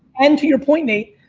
and to your point, nate,